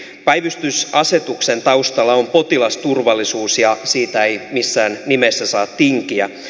päivystysasetuksen taustalla on potilasturvallisuus ja siitä ei missään nimessä saa tinkiä